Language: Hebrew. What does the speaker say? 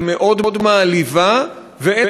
היא מעליבה מאוד,